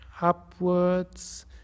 upwards